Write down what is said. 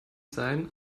sein